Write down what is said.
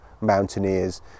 mountaineers